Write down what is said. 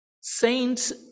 Saints